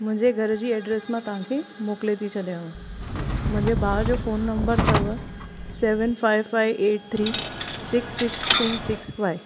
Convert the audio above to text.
मुंहिंजे घर जी ऐड्रेस मां तव्हांखे मोकिले थी छॾियांव मुंहिंजे भाउ जो फ़ोन नंबर अथव seven five five eight three six six three six five